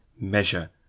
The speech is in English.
measure